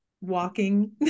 walking